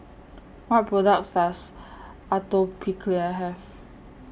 What products Does Atopiclair Have